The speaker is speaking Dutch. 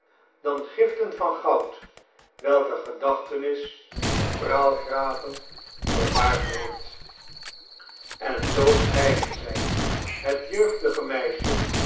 dan giften van goud welker gedachtenis op praalgraven bewaard wordt en zoo scheidden zij het jeugdige meisje